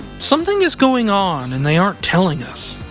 something is going on, and they aren't telling us.